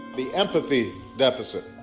the empathy deficit,